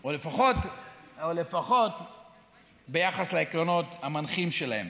או לפחות ביחס לעקרונות המנחים שלהם.